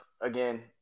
again